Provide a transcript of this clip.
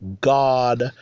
God